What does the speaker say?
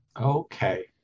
Okay